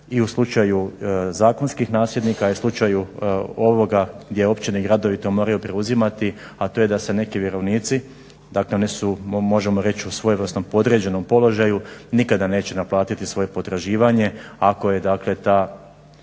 i u slučaju zakonskih nasljednika i u slučaju ovoga gdje općine i gradovi to moraju preuzimati, a to je da se neki vjerovnici dakle oni su možemo reći u svojevrsnom podređenom položaju nikada neće naplatiti svoje potraživanje ako je ti